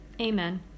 Amen